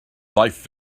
life